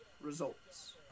results